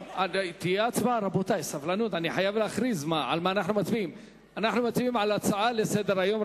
אנחנו מצביעים על הצעה לסדר-היום,